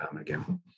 again